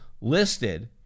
listed